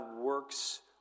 works